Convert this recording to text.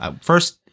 first